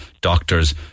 doctors